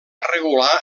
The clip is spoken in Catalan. regular